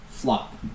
flop